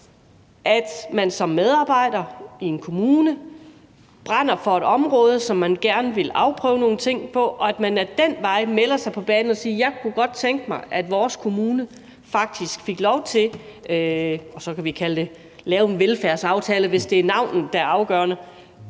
at man som medarbejder i en kommune brænder for et område, som man gerne vil afprøve nogle ting på, og at man ad den vej melder sig på banen og siger: Jeg kunne godt tænke mig, at vores kommune på beskæftigelsesområdet faktisk fik lov til at, så kan vi kalde det lave en velfærdsaftale, hvis det er navnet, der er afgørende.